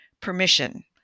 permission